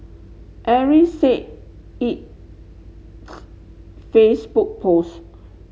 Ares said its Facebook post